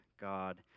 God